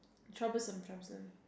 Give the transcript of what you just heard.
troublesome troublesome